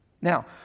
Now